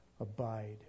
abide